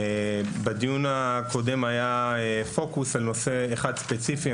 בדיון הקודם היה פוקוס על נושא אחד ספציפי,